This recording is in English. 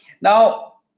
Now